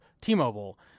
T-Mobile